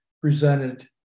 presented